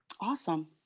Awesome